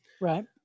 Right